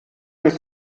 ist